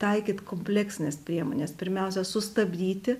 taikyt kompleksines priemones pirmiausia sustabdyti